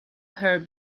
her